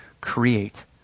create